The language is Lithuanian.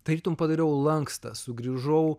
tarytum padariau lankstą sugrįžau